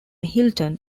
hilton